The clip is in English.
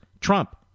Trump